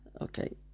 Okay